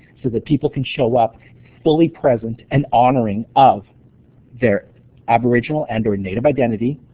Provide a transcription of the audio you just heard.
so that people can show up fully present and honoring of their aboriginal and or and native identity,